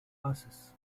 passes